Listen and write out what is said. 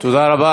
תודה רבה.